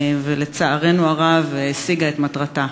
לצערנו הרב הוא השיג את מטרתו,